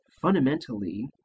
Fundamentally